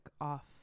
off